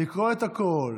לקרוא את הכול,